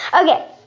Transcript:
Okay